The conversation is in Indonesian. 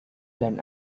dan